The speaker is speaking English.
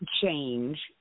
change